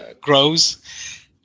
grows